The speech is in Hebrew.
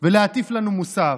ולהטיף לנו מוסר.